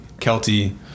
Kelty